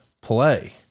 play